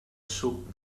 suc